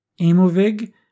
Amovig